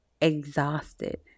exhausted